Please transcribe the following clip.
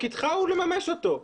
תפקידך הוא לממש אותו.